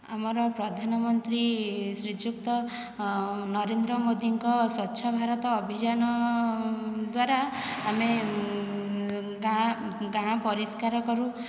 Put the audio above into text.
ଆମର ପ୍ରଧାନମନ୍ତ୍ରୀ ଶ୍ରୀଯୁକ୍ତ ନରେନ୍ଦ୍ର ମୋଦିଙ୍କ ସ୍ୱଚ୍ଛ ଭାରତ ଅଭିଯାନ ଦ୍ୱାରା ଆମେ ଗାଁ ଗାଁ ପରିଷ୍କାର କରୁ